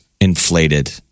inflated